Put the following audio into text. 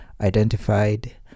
identified